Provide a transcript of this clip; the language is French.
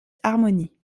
harmony